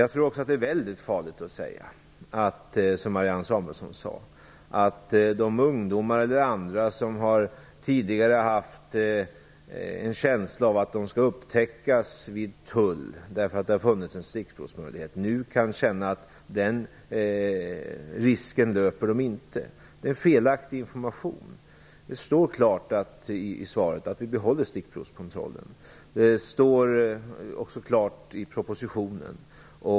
Jag tror också att det är mycket farligt att, som Marianne Samuelsson, säga att de ungdomar och andra som tidigare har haft en känsla av att de skall upptäckas vid tullen därför att det har funnits en stickprovsmöjlighet nu kan känna att de inte löper den risken. Det är en felaktig information. Det står klart i svaret att vi behåller stickprovskontrollen. Det står också klart i propositionen.